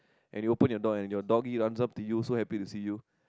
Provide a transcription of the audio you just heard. and you open your door and your doggy runs up to you so happy to see you